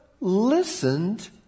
listened